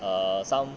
err some